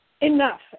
Enough